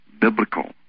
biblical